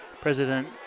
president